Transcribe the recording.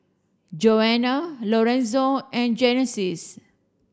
Joana Lorenzo and Genesis